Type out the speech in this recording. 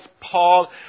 Paul